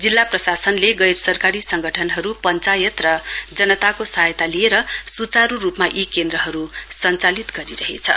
जिल्ला प्रशासनले गैर सरकारी सङ्गठनहरू पश्चायत र जनताको सहायता लिएर सुचारू रूपमा यी केन्द्रहरू सञ्चालित गरिरहेछ